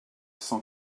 cent